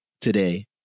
today